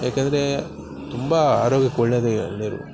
ಏಕಂದರೆ ತುಂಬ ಆರೋಗ್ಯಕ್ಕೆ ಒಳ್ಳೆಯದೆ ಎಳನೀರು